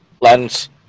lens